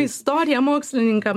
istorija mokslininkam